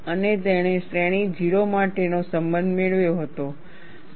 અને તેણે શ્રેણી 0 માટેનો સંબંધ મેળવ્યો હતો R